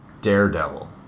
Daredevil